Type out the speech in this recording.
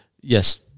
yes